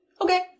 okay